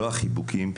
לא החיבורים,